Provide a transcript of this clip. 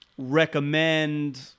recommend